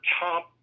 top